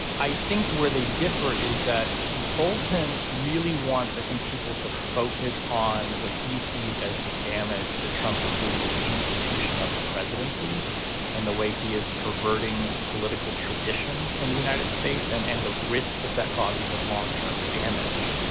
i think where they differ is that bolton really wants. i think people to focus on what he sees as the damage that trump is doing to the institution of the presidency and the way he is perverting political tradition and the united states and and the risk that that causes of long term damage.